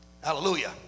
Hallelujah